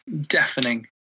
deafening